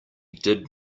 did